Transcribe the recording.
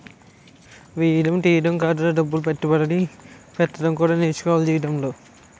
ఎయ్యడం తియ్యడమే కాదురా డబ్బులు పెట్టుబడి పెట్టడం కూడా నేర్చుకోవాల జీవితంలో